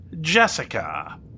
Jessica